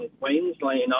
Queensland